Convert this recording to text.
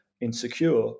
insecure